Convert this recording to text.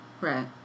Right